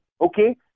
Okay